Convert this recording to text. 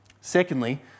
Secondly